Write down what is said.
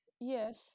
Yes